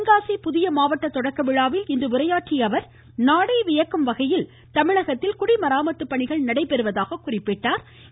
தென்காசி புதிய மாவட்ட தொடக்க விழாவில் இன்று உரையாற்றிய அவர் நாடே வியக்கும் வகையில் தமிழகத்தில் குடிமராமத்து பணிகள் நடைபெறுவதாக கூறினார்